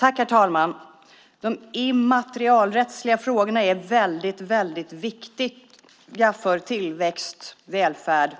Herr talman! De immaterialrättsliga frågorna är väldigt viktiga för tillväxt och välfärd,